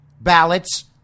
ballots